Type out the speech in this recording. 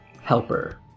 helper